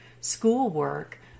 schoolwork